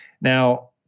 Now